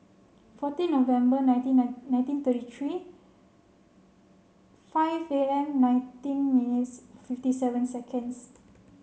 fourteen November nineteen nine nineteen thirty three five P M nineteen minutes fifty seven seconds